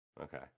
Okay